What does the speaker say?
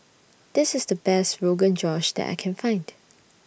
This IS The Best Rogan Josh that I Can Find